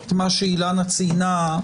את מה שאילנה ציינה,